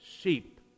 sheep